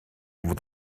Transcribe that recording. fod